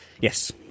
Yes